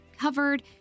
covered